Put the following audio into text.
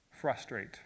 frustrate